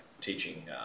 teaching